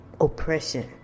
oppression